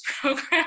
program